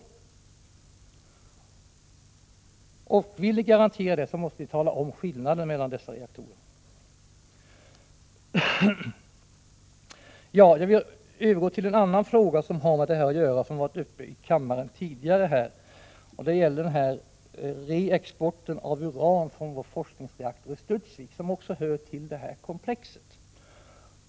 Vill ni från regeringens sida lämna sådana garantier, måste ni tala om vari skillnaden mellan dessa reaktorer består. Jag vill övergå till en annan fråga som har med det här att göra, och som har varit uppe i kammaren tidigare. Det gäller reexporten av uran från vår forskningsreaktor i Studsvik, något som också hör till det här komplexet.